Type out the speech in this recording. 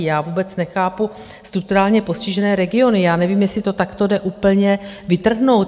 Já vůbec nechápu, strukturálně postižené regiony, já nevím, jestli to takto jde úplně vytrhnout.